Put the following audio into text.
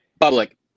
Public